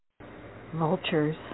Vultures